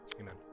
Amen